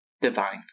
divine